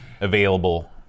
available